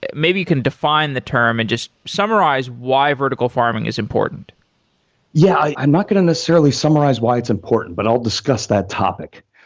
and maybe you can define the term and just summarize why vertical farming is important yeah. i'm not going to necessarily summarize why it's important, but i'll discuss that topic.